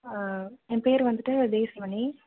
ஆ என் பேர் வந்துட்டு தேஸ்மணி